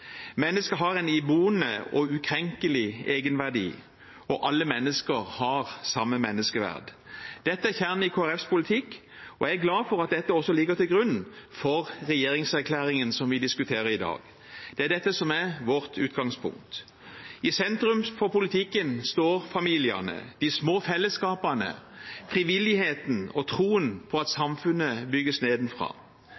mennesker har samme menneskeverd. Dette er kjernen i Kristelig Folkepartis politikk. Jeg er glad for at dette også ligger til grunn for den regjeringserklæringen vi diskuterer i dag. Det er dette som er vårt utgangspunkt. I sentrum for politikken står familiene, de små fellesskapene, frivilligheten og troen på at